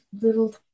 little